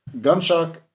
gunshot